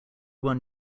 won